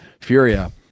Furia